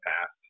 past